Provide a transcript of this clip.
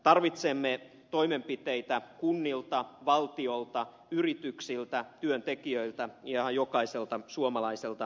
tarvitsemme toimenpiteitä kunnilta valtiolta yrityksiltä työntekijöiltä ja jokaiselta suomalaiselta ihmiseltä